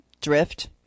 drift